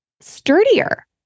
sturdier